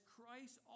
Christ